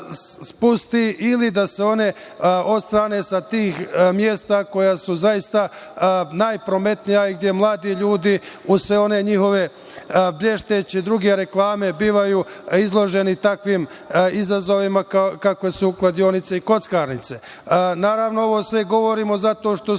ili da se one odstrane sa tih mesta koja su zaista najprometnija i gde mladi ljudi, uz sve one njihove blješteće i druge reklame, bivaju izloženi takvim izazovima kakve su kladionice i kockarnice. Naravno, ovo sve govorimo zato što smo